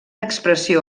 expressió